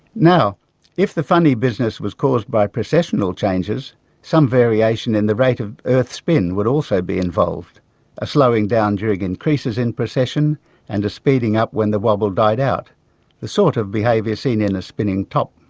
now if the funny business was caused by precessional changes some variation in the rate of earth spin would also be involved a slowing down during increases in precession and a speeding up when the wobble died out the sort of behaviour seen in a spinning top.